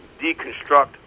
deconstruct